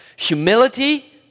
Humility